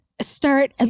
start